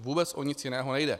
Vůbec o nic jiného nejde.